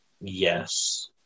Yes